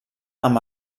amb